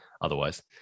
otherwise